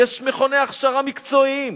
יש מכוני הכשרה מקצועית,